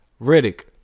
Riddick